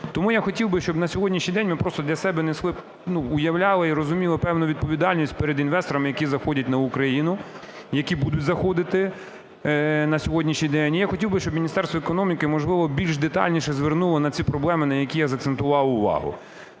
Тому я хотів би, щоб на сьогоднішній день ми просто для себе уявляли і розуміли певну відповідальність перед інвесторами, які заходять на Україну, які будуть заходити на сьогоднішній день. І я хотів би, щоб Міністерство економіки, можливо, більш детальніше звернуло на ці проблеми, на яких я акцентував увагу.